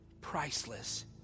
priceless